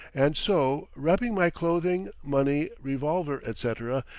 and so, wrapping my clothing, money, revolver, etc.